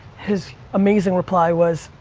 his amazing reply was,